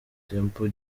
temple